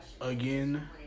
Again